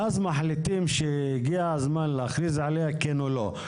ואז מחליטים שהגיע הזמן להכריז עליה - כן או לא?